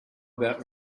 about